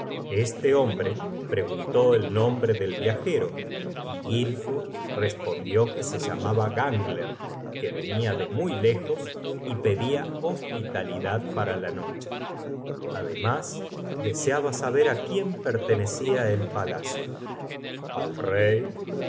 este hombre preguntó el nombre del viajero y gilfo respondió que se llamaba gangler que venia de muy lejos y pedia hospitalidad para la noche ademas deseaba saber á quién pertenecia el palacio al rey